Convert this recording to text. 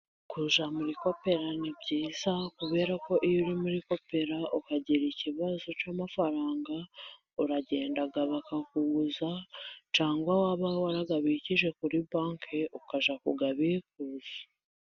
Kujya muri kopera ni byiza kubera ko iyo uri muri kopera ukagira ikibazo cy'amafaranga, uragenda bakakuguza cyangwa waba warayabikije kuri banki ukajya kuyabikuza.